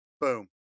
Boom